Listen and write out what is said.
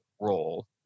role